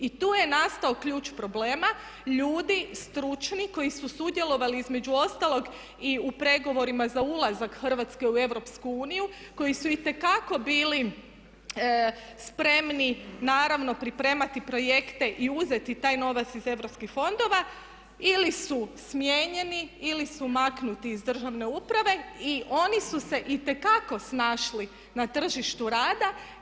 I tu je nastao ključ problema, ljudi stručni koji su sudjelovali između ostalog i u pregovorima za ulazak Hrvatske u EU, koji su itekako bili spremni naravno pripremati projekte i uzeti taj novac iz europskih fondova, ili su smijenjeni ili su maknuti iz državne uprave i oni su se itekako snašli na tržištu rada.